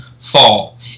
fall